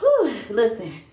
Listen